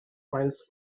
miles